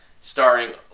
starring